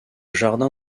jardin